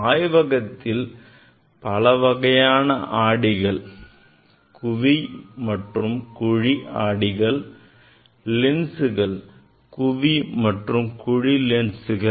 ஆய்வகத்தில் பல வகையான ஆடிகள் குவி மற்றும் குழி ஆடிகள் லென்ஸ்கள் குவி மற்றும் குழி லென்சுகள்